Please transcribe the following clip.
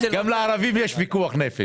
גם לערבים יש פיקוח נפש.